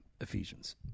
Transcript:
Ephesians